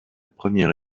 première